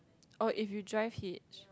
oh if you drive hitch